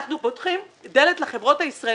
אנחנו פותחים דלת לחברות הישראליות,